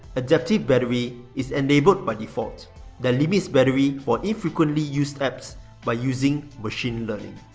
adaptive battery is enabled by default that limits battery for infrequently used app by using machine learning.